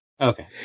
Okay